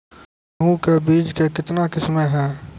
गेहूँ के बीज के कितने किसमें है?